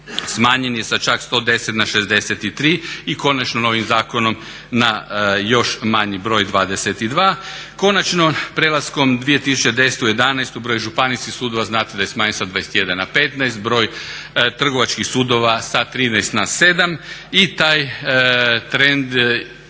smanjen je sa čak 110 na 63 i konačno novim zakonom na još manji broj 22. Konačno, prelaskom 2010. u 2011. broj županijskih sudova znate da je smanjen sa 21 na 15, broj trgovačkih sudova sa 13 na 7 i taj trend